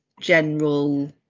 general